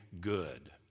good